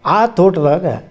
ಆ ತೋಟದಾಗ